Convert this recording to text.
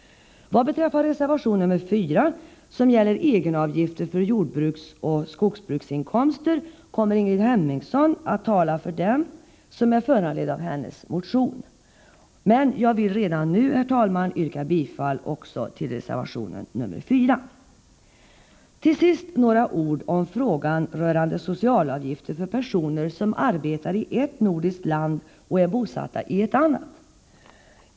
Ingrid Hemmingsson kommer att tala för reservation nr 4, som är föranledd av hennes motion om egenavgifter för jordbruksoch skogsbruksinkomster. Jag vill dock redan nu, herr talman, yrka bifall till reservation nr 4, Till sist några ord om socialavgifterna för personer som arbetar i ett visst nordiskt land men är bosatta i ett annat.